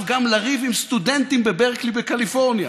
גם לריב עם סטודנטים בברקלי בקליפורניה.